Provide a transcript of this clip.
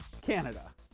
Canada